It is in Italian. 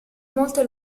molte